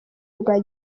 rwa